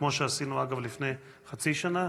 כמו שעשינו לפני חצי שנה,